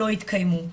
לא התקיימו.